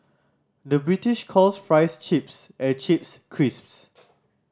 the British calls fries chips and chips crisps